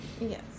Yes